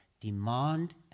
demand